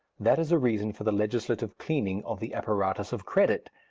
that is a reason for the legislative cleaning of the apparatus of credit,